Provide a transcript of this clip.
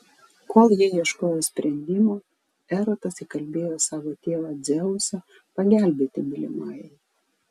kol ji ieškojo sprendimo erotas įkalbėjo savo tėvą dzeusą pagelbėti mylimajai